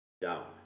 down